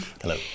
Hello